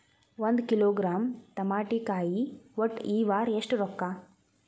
ಒಂದ್ ಕಿಲೋಗ್ರಾಂ ತಮಾಟಿಕಾಯಿ ಒಟ್ಟ ಈ ವಾರ ಎಷ್ಟ ರೊಕ್ಕಾ?